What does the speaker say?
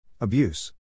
Abuse